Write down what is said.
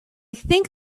think